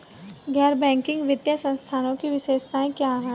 गैर बैंकिंग वित्तीय संस्थानों की विशेषताएं क्या हैं?